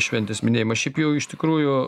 šventės minėjimą šiaip jau iš tikrųjų